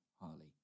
Harley